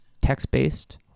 text-based